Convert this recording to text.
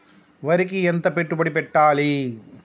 వరికి ఎంత పెట్టుబడి పెట్టాలి?